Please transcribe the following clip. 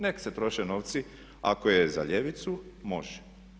Nek' se troše novci, ako je za ljevicu, može.